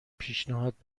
پیشنهاد